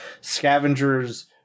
scavengers